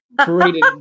created